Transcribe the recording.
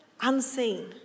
Unseen